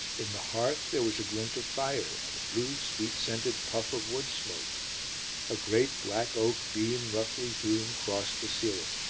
in the hearth there was a glint of fire and a blue, sweet-scented puff of wood smoke a great black oak beam roughly hewn crossed the ceiling.